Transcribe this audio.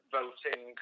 voting